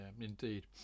indeed